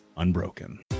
Unbroken